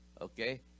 Okay